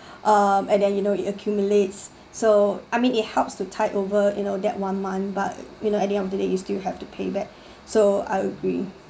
uh and then you know it accumulates so I mean it helps to tide over you know that one month but you know at the end of the day you still have to pay back so I agree